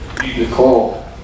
Nicole